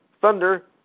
Thunder